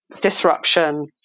disruption